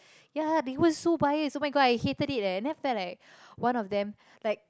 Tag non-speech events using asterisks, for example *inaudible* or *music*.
*breath* ya they were so biased oh-my-god I hated it and then after like one of them like